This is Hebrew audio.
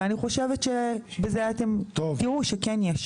ואני חושבת שבזה אתם תראו שכן יש.